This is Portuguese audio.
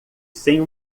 sem